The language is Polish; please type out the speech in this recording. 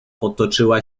potoczyła